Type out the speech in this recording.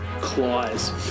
claws